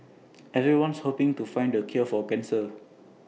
everyone's hoping to find the cure for cancer